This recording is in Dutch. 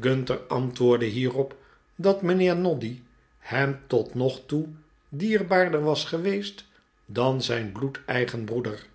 gunter antwoordde hierop dat mijnheer noddy hem tot nog toe dierbaarder was geweest dan zijn bloedeigen broeder